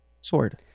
sword